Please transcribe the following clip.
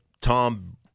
Tom